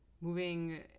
moving